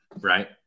right